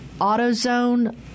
AutoZone